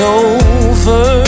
over